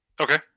Okay